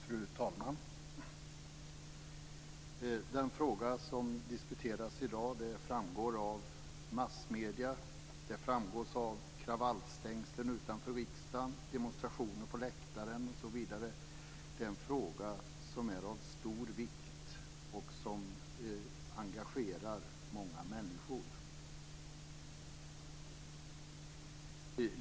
Fru talman! Betydelsen av den fråga som diskuteras i dag framgår av massmedierna, av kravallstängslen utanför riksdagen, av demonstrationerna på läktaren osv. Frågan är alltså av stor vikt, och den engagerar många människor.